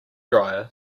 dryer